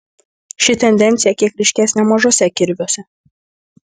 ši tendencija kiek ryškesnė mažuose kirviuose